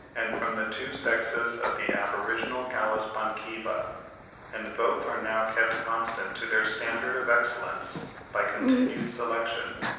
and from the two sexes of the aboriginal gallus bankiva and both are now kept constant to their standard of excellence by continued selection,